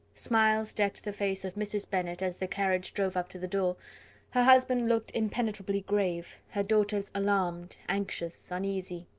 smiles decked the face of mrs. bennet as the carriage drove up to the door her husband looked impenetrably grave her daughters, alarmed, anxious, uneasy.